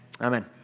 Amen